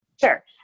Sure